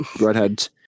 redheads